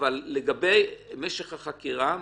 אבל לגבי משך החקירה,